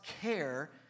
care